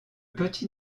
petit